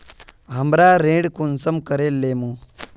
हमरा ऋण कुंसम करे लेमु?